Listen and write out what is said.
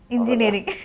Engineering